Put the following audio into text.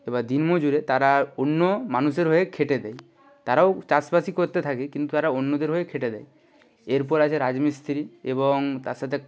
এবার দিনমজুরে তারা অন্য মানুষের হয়ে খেটে দেয় তারাও চাষবাসই করতে থাকে কিন্তু তারা অন্যদের হয়ে খেটে দেয় এরপর আছে রাজমিস্ত্রি এবং তার সাথে